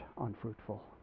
unfruitful